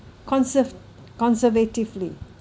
conserve conservatively